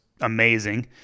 amazing